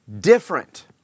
different